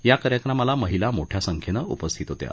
या कार्यक्रमाला महिला मोठ्या संख्येनं उपस्थित होत्या